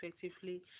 effectively